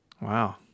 Wow